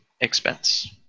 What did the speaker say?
expense